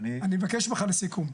אני מבקש ממך, לסיכום,